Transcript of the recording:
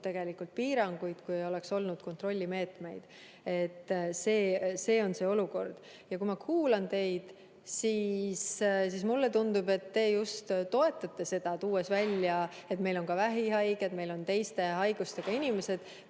olnud piiranguid, kui ei oleks olnud kontrollimeetmeid. Selline on olukord. Ja kui ma kuulan teid, siis mulle tundub, et te just toetate seda, tuues välja, et meil on ka vähihaiged, teiste haigustega inimesed.